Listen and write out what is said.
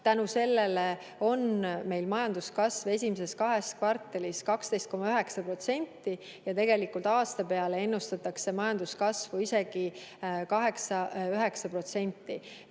Tänu sellele oli meil majanduskasv esimeses kahes kvartalis 12,9% ja tegelikult aastaks ennustatakse majanduskasvu isegi 8–9%.